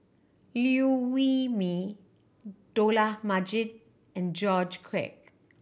Liew Wee Mee Dollah Majid and George Quek